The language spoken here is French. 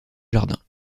jardin